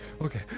okay